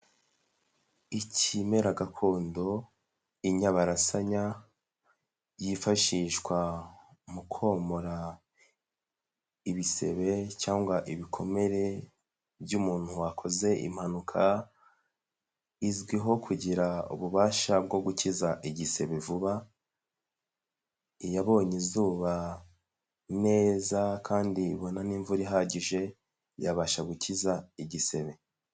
Ikimera gakondo inyabarasanya yifashishwa mu komora ibisebe cyangwa ibikomere by'umuntu wakoze impanuka, izwiho kugira ububasha bwo gukiza igisebe vuba yabonye izuba neza kandi ibona n'imvura ihagije yabasha gukiza igisebe.